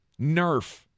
Nerf